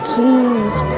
King's